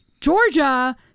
Georgia